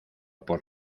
por